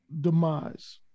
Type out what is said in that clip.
demise